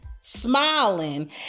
smiling